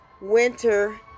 winter